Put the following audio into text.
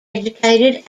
educated